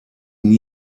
neil